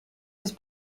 was